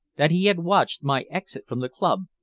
that he had watched my exit from the club,